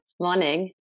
Morning